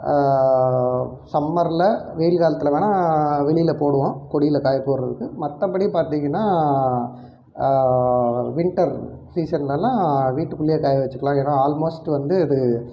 சம்மரில் வெயில் காலத்தில் வேணால் வெளியில் போடுவோம் கொடியில் காய போடுகிறதுக்கு மற்றபடி பார்த்திங்கன்னா வின்டர் சீசனிலலாம் வீட்டுக்குள்ளே காய வச்சுக்கிலாம் ஏனால் ஆல்மோஸ்ட் வந்து இது